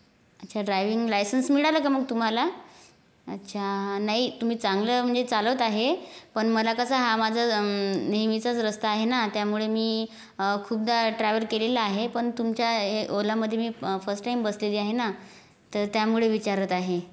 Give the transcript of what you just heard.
अच्छा driving licence मिळाला का मग तुम्हाला अच्छा हा नाही तुम्ही चांगलं म्हणजे चालवत आहे पण मला कसं हा माझा नेहमीचाच रस्ता आहे ना त्यामुळे मी खूपदा ट्रॅव्हल केलेलं आहे पण तुमच्या ओलामध्ये मी फर्स्ट टाईम बसलेली आहे ना तर त्यामुळे विचारत आहे